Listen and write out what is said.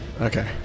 Okay